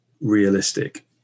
realistic